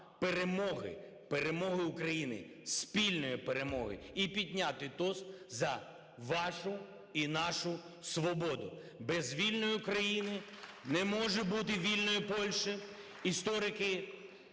перемоги, перемоги України, спільної перемоги і підняти тост за вашу і нашу свободу. Без вільної України не може бути вільної Польщі. Історики,